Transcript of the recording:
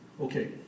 okay